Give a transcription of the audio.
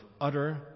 utter